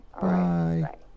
Bye